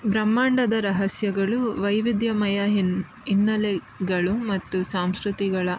ಬ್ರಹ್ಮಾಂಡದ ರಹಸ್ಯಗಳು ವೈವಿಧ್ಯಮಯ ಹಿನ್ ಹಿನ್ನೆಲೆಗಳು ಮತ್ತು ಸಂಸ್ಕೃತಿಗಳ